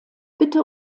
bitte